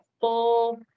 full